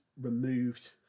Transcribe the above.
removed